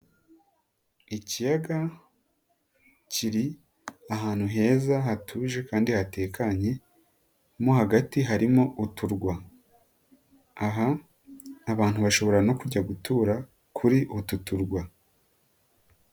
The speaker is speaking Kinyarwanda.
Ikiyaga kiri ahantu heza hatuje kandi hatekanye. Mo hagati harimo uturwa. Aha abantu bashobora no kujya gutura, kuri utu turwa.